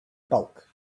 bulk